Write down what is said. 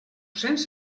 cents